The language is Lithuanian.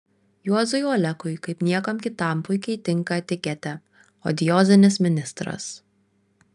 juozui olekui kaip niekam kitam puikiai tinka etiketė odiozinis ministras